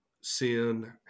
sin